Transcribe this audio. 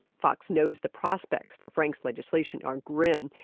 fox knows the prospects for frank's legislation are grim,